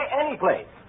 anyplace